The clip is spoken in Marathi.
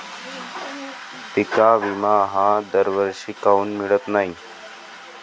पिका विमा हा दरवर्षी काऊन मिळत न्हाई?